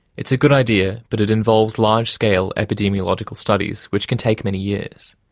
it's a good idea, but it involves large-scale epidemiological studies, which can take many years.